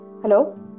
Hello